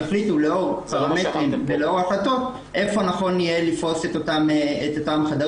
יחליטו לאור פרמטרים ולאור ההחלטות איפה נכון יהיה לפרוס את אותם חדרים,